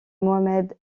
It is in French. mohamed